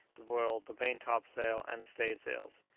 the royal, the main-top-sail and the stay-sails.